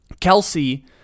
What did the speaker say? Kelsey